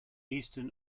eastern